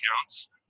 accounts